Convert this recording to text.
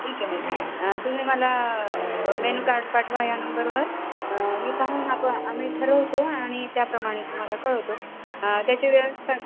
ठीक आहे तुम्ही मला मेनूकार्ड पाठवा या नंबरवर मी पाहून आप आम्ही ठरवतो आणि त्याप्रमाणे तुम्हाला कळवतो त्याची व्यवस्था